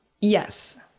yes